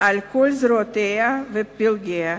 על כל זרועותיה ופלגיה,